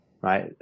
right